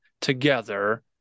together